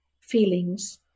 feelings